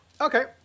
Okay